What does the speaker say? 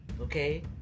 okay